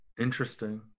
Interesting